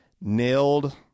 nailed